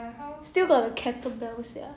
got the kettle bells sia